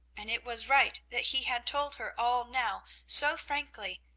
and it was right that he had told her all now so frankly,